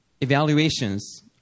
evaluations